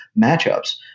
matchups